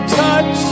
touch